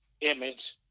image